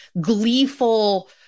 gleeful